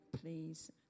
please